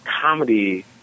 Comedy